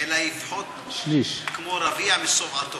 אלא יפחות כמו רביע בשובעתו,